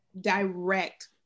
direct